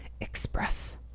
express